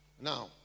Now